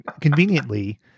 conveniently